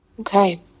Okay